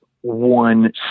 one